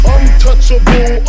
Untouchable